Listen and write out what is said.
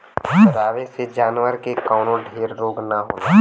चरावे से जानवर के कवनो ढेर रोग ना होला